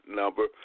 number